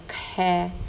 care